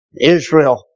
Israel